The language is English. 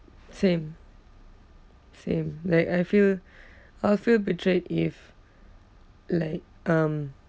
same same like I feel I will feel betrayed if like um